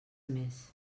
més